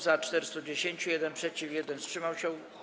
Za - 410, 1 - przeciw, 1 wstrzymał się.